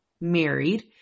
married